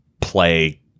play